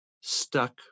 stuck